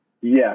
Yes